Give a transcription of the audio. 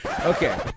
Okay